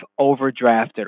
overdrafted